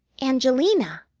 angelina!